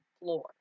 floor